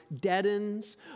deadens